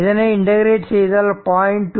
இதனை இன்டகிரேட் செய்தால் 0